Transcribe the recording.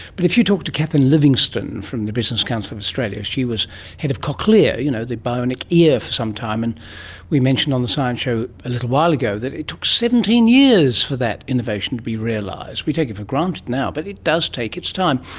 but if you talk to catherine livingstone from the business council of australian, she was head of cochlear, you know, the bionic ear, for some time, and we mentioned on the science show a little while ago that it took seventeen years for that innovation to be realised. we take it for granted now but it does take its time.